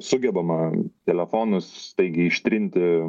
sugebama telefonus staigiai ištrinti